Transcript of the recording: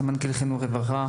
סמנכ"לית חינוך ורווחה,